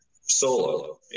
solo